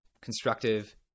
constructive